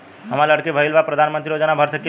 हमार लड़की भईल बा प्रधानमंत्री योजना भर सकीला?